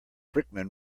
brickman